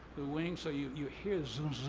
the wings, so you you hear zun,